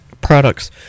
products